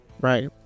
Right